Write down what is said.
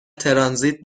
ترانزیت